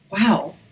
Wow